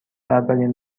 اولین